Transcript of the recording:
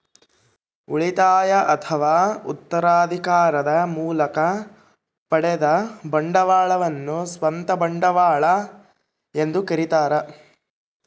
ಉಳಿತಾಯ ಅಥವಾ ಉತ್ತರಾಧಿಕಾರದ ಮೂಲಕ ಪಡೆದ ಬಂಡವಾಳವನ್ನು ಸ್ವಂತ ಬಂಡವಾಳ ಎಂದು ಕರೀತಾರ